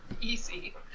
Easy